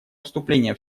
вступления